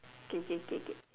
okay okay okay okay